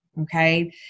Okay